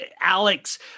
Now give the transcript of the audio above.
Alex